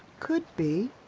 could be.